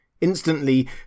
Instantly